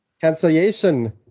Cancellation